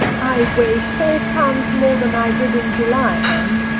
i weigh four pounds more than i did in july. anne,